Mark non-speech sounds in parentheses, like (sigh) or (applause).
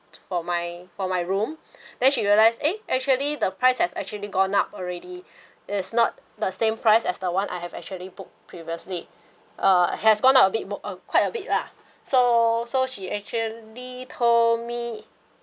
for my for my room (breath) then she realise eh actually the price have actually gone up already (breath) it's not the same price as the one I have actually book previously uh has gone up a bit more uh quite a bit lah so so she actually told me